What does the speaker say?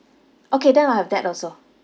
okay then I'll have that also